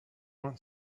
want